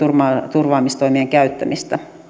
turvaamistoimien käyttämistä